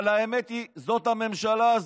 אבל האמת היא, זאת הממשלה הזאת.